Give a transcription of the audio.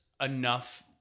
enough